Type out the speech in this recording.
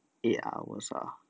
eight hours ah